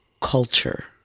culture